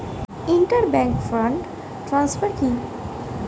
Inter bank fund transfer কি?